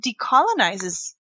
decolonizes